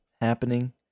happening